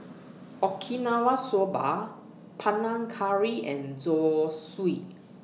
Okinawa Soba Panang Curry and Zosui